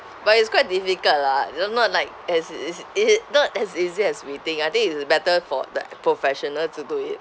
but it's quite difficult lah you know not like as it is it not as easy as we think I think is better for the professional to do it